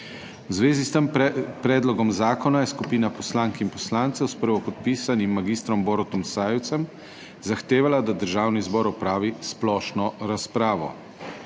V zvezi s tem predlogom zakona je skupina poslank in poslancev s prvopodpisanim mag. Borutom Sajovicem zahtevala, da Državni zbor opravi splošno razpravo.